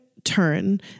turn